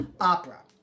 opera